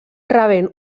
rebent